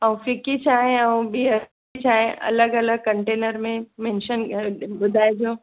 ऐं फिकी चांहि ऐं बि अधु चांहि अलॻि अलॻि कंटेनर में मेनशन ॿुधाए जो